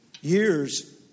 Years